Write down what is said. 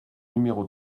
numéro